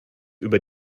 über